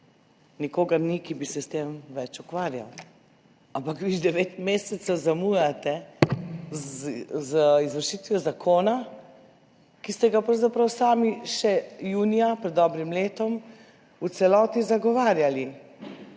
Nikogar več ni, ki bi se s tem ukvarjal. Ampak vi že devet mesecev zamujate z izvršitvijo zakona, ki ste ga pravzaprav sami še junija pred dobrim letom v celoti zagovarjali.